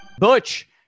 butch